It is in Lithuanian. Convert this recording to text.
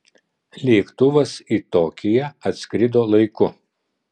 lėktuvas į tokiją atskrido laiku